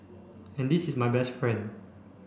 and this is my best friend